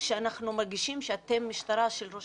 שאנחנו מרגישים שאתם משטרה של ראש